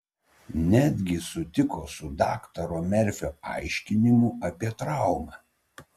netgi sutiko su daktaro merfio aiškinimu apie traumą